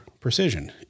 precision